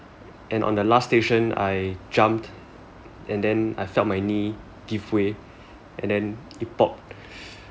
and on the last station I jumped and then I felt my knee give way and then it popped